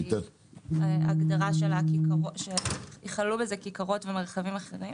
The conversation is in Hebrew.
הגדרה של כיכרות ומרחבים אחרים.